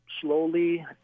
slowly